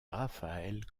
rafael